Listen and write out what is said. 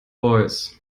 voice